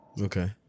Okay